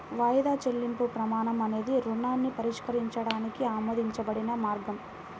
వాయిదా చెల్లింపు ప్రమాణం అనేది రుణాన్ని పరిష్కరించడానికి ఆమోదించబడిన మార్గం